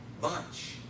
bunch